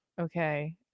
Okay